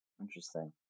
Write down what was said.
Interesting